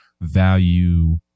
value